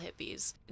hippies